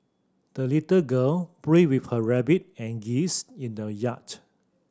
the little girl breath with her rabbit and geese in the yard